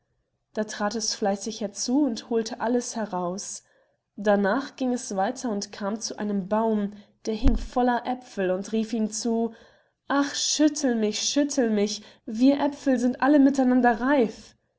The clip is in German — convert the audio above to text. da trat es fleißig herzu und holte alles heraus darnach ging es weiter und kam zu einem baum der hing voll aepfel und rief ihm zu ach schüttel mich schüttel mich wir aepfel sind allemiteinander reif